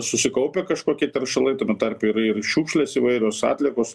susikaupę kažkokie teršalai tame tarpe ir ir šiukšlės įvairios atliekos